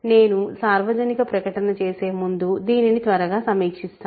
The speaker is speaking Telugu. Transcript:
నేను సార్వజనిక ప్రకటన చేసే ముందు దీన్ని త్వరగా సమీక్షిస్తాను